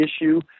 issue